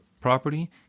property